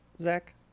Zach